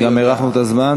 כי גם הארכנו את הזמן.